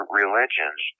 religions